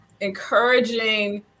encouraging